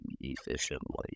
efficiently